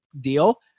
deal